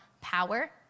power